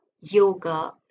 yoga